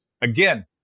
again